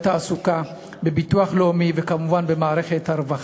בתעסוקה, בביטוח לאומי, וכמובן במערכת הרווחה,